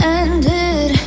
ended